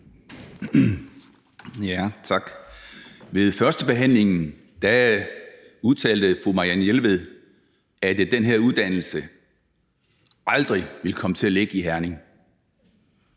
Tak. Ved førstebehandlingen udtalte fru Marianne Jelved, at den her uddannelse aldrig ville komme til at ligge i Herning.